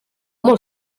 molt